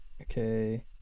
Okay